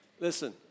Listen